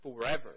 forever